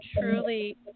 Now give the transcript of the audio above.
truly –